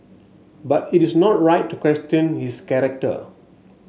but it is not right to question his character